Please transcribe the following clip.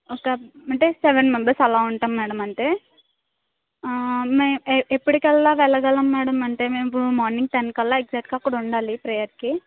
ఒక అంటే seven members అలా ఉంటాము మేడం అంటే ఎప్పటికల్లా వెళ్ళగలం మేడం అంటే మేము మార్నింగ్ టెన్కల్లా ఎగ్జాక్ట్గా అక్కడ ఉండాలి ప్రేయర్కి